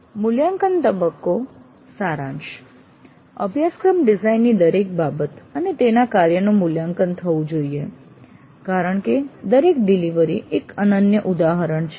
મૂલ્યાંકન તબક્કો સારાંશ અભ્યાસક્રમ ડિઝાઇન ની દરેક બાબત અને તેના કાર્યનું મૂલ્યાંકન થવું જોઈએ કારણ કે દરેક ડિલિવરી એક અનન્ય ઉદાહરણ છે